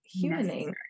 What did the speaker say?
humaning